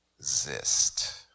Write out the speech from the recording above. Exist